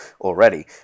already